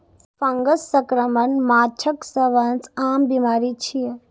fungus संक्रमण माछक सबसं आम बीमारी छियै